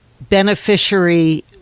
beneficiary